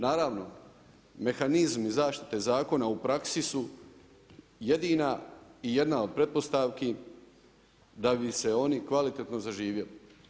Naravno, mehanizmi zaštite zakona u praksi su jedina i jedna od pretpostavki da bi se oni kvalitetno zaživjeli.